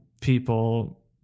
people